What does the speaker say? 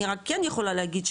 אני רק כן יכולה להגיד,